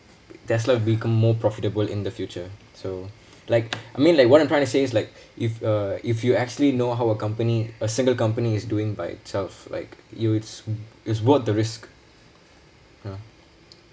tesla become more profitable in the future so like I mean like what I'm trying to say is like if uh if you actually know how a company a single company is doing by itself like you it's it's worth the risk ya